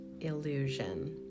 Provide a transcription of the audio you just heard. illusion